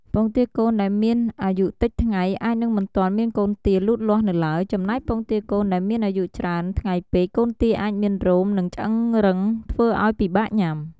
ពងទាកូនដែលមានអាយុតិចថ្ងៃ អាចនឹងមិនទាន់មានកូនទាលូតលាស់នៅឡើយ ចំណែកពងទាកូនដែលមានអាយុច្រើនថ្ងៃពេក កូនទាអាចមានរោម និងឆ្អឹងរឹងធ្វើឱ្យពិបាកញ៉ាំ។